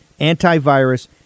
antivirus